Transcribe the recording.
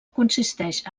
consisteix